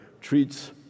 treats